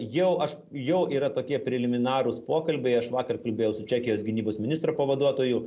jau aš jau yra tokie preliminarūs pokalbiai aš vakar kalbėjau su čekijos gynybos ministro pavaduotoju